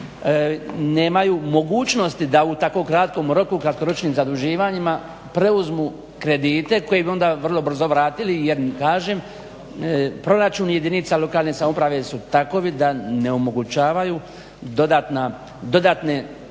nemaju mogućnosti da u tako kratkom roku kratkoročnim zaduživanjima preuzmu kredite koje bi onda vrlo brzo vratili jer kažem proračuni jedinica lokalne samouprave su takvi da ne omogućavaju dodatne